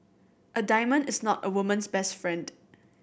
a diamond is not a woman's best friend